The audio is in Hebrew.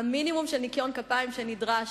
המינימום של ניקיון כפיים שנדרש